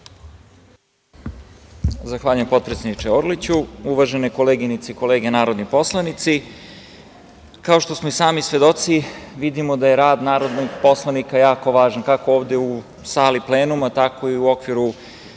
Zahvaljujem, potpredsedniče Orliću. Uvažene koleginice i kolege narodni poslanici, kao što smo i sami svedoci vidimo da je rad narodnog poslanika jako važan, kako ovde u sali plenuma, tako i u okviru